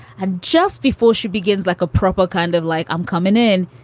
and just before she begins, like a proper kind of like, i'm coming in.